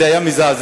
זה היה מזעזע.